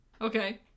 Okay